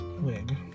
Wig